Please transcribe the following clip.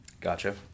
Gotcha